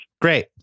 Great